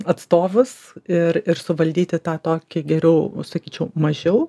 atstovus ir ir suvaldyti tą tokį geriau sakyčiau mažiau